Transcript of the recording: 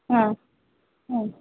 ಹಾಂ ಹಾಂ